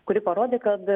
kuri parodė kad